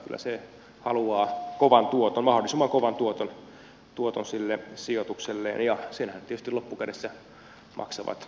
kyllä se haluaa kovan tuoton mahdollisimman kovan tuoton sille sijoitukselleen ja senhän tietysti loppupeleissä maksavat kuluttajat